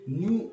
new